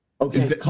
Okay